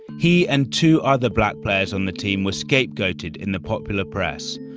he and two other black players on the team were scapegoated in the popular press,